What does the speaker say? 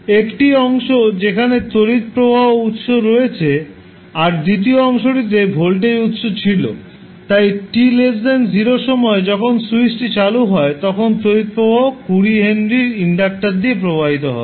একটি অংশ যেখানে তড়িৎ প্রবাহ উত্স আছে আর দ্বিতীয় অংশটিতে ভোল্টেজ উত্স ছিল তাই t0 সময়ে যখন স্যুইচটি চালু হয় তখন তড়িৎ প্রবাহ 20 হেনরি ইন্ডাক্টার দিয়ে প্রবাহিত হবে